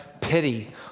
pity